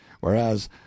whereas